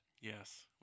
Yes